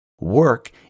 Work